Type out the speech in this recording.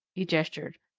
he gestured.